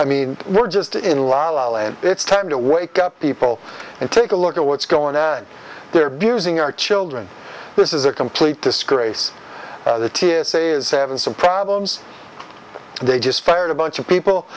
i mean we're just in la la land it's time to wake up people and take a look at what's going on in their beers in our children this is a complete disgrace the t s a is having some problems they just fired a bunch of people